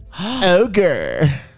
Ogre